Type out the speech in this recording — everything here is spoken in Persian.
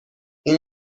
این